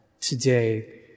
today